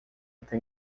até